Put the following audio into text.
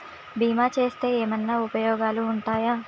బీమా చేస్తే ఏమన్నా ఉపయోగాలు ఉంటయా?